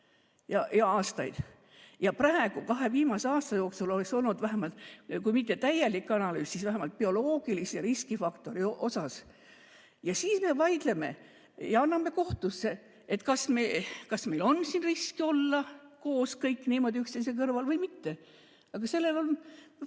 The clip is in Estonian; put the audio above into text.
Ja aastaid? Praegu kahe viimase aasta jooksul oleks olnud vajalik vähemalt kui mitte täielik analüüs, siis vähemalt bioloogilise riskifaktori osas. Ja siis me vaidleme ja anname kohtusse, kas meil on siin risk, kui oleme kõik koos niimoodi üksteise kõrval, või mitte. Aga sellel on